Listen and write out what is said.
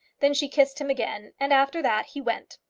then she kissed him again, and after that he went.